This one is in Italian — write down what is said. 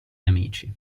nemici